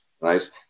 right